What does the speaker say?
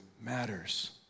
matters